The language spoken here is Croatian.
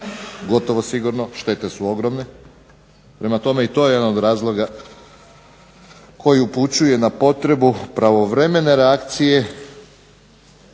gotovo sigurno, štete su ogromne, prema tome to je jedan od razloga koji upućuje na potrebu pravovremene reakcije